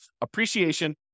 appreciation